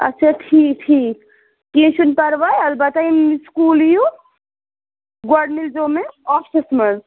اچھا ٹھیٖک ٹھیٖک کیٚنٛہہ چھُنہٕ پَرواے البتہ ییٚمہِ سکوٗل یِیِو گۄڈٕ مِلزیو مےٚ آفِسَس منٛز